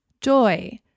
joy